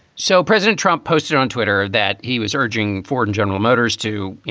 so president trump posted on twitter that he was urging ford and general motors to, you